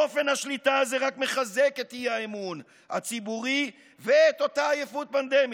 אופן השליטה הזה רק מחזק את האי-אמון הציבורי ואת אותה עייפות פנדמית.